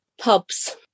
Pubs